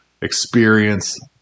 experience